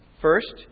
First